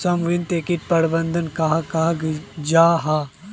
समन्वित किट प्रबंधन कहाक कहाल जाहा झे?